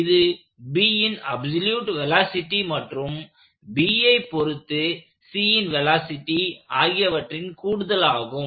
இது Bன் absolute velocity மற்றும் Bஐ பொருத்து Cன் வெலாசிட்டி ஆகியவற்றின் கூடுதலாகும்